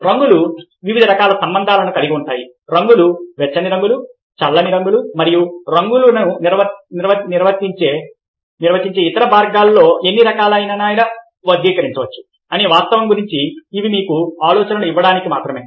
రంగులు వివిధ రకాల సంబంధాలను కలిగి ఉంటాయి రంగులు వెచ్చని రంగులు చల్లని రంగులు మరియు రంగులను నిర్వచించే ఇతర మార్గాల్లో ఎన్ని రకాలుగానైనా వర్గీకరించవచ్చు అనే వాస్తవం గురించి ఇవి మీకు ఆలోచనలు ఇవ్వడానికి మాత్రమే